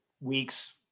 weeks